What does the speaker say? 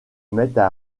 mettent